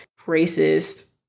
racist